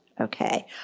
okay